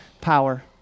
power